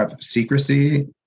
secrecy